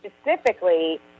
specifically